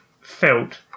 felt